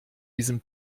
diesem